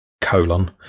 colon